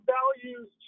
values